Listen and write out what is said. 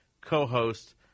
co-host